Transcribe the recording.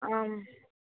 आम्